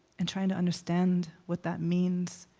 and trying to understand what that means.